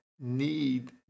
need